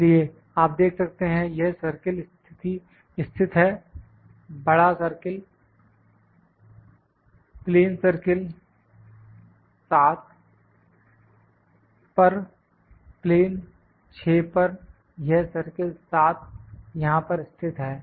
इसलिए आप देख सकते हैं यह सर्किल स्थित है बड़ा सर्किल प्लेन सर्किल 7 पर प्लेन 6 पर यह सर्किल 7 यहां पर स्थित है